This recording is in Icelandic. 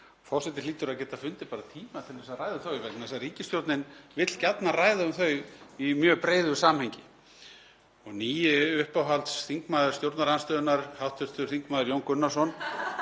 Forseti hlýtur að geta fundið tíma til að ræða þau vegna þess að ríkisstjórnin vill gjarnan ræða um þau í mjög breiðu samhengi. Nýi uppáhaldsþingmaður stjórnarandstöðunnar, hv. þm. Jón Gunnarsson